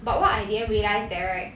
but what I didn't realize that right